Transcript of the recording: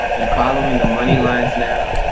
um and following the money lines now,